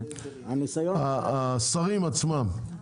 השרים עצמם,